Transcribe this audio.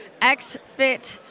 XFit